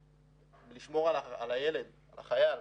לשמור על הילד, על החייל,